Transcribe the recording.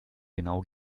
genau